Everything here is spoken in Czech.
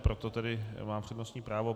Proto tedy má přednostní právo.